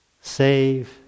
save